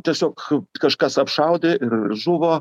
tiesiog kažkas apšaudė ir žuvo